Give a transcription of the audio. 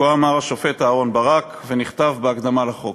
כה אמר השופט אהרן ברק ונכתב בהקדמה לחוק.